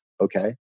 Okay